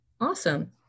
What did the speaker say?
Awesome